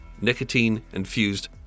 nicotine-infused